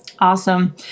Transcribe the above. Awesome